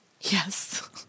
Yes